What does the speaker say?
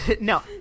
no